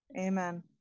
Amen